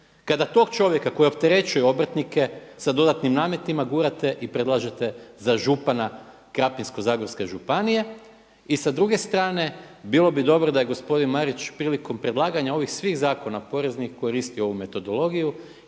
Kada tog čovjeka koji opterećuje obrtnike sa dodatnim nametima gurate i predlažete za župana Krapinsko-zagorske županije. I sa druge strane, bilo bi dobro da je gospodin Marić prilikom predlaganja ovih svih zakona poreznih koristio ovu metodologiju